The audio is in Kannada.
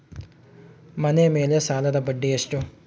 ಮನೆ ಮೇಲೆ ಸಾಲದ ಬಡ್ಡಿ ಎಷ್ಟು?